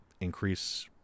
increase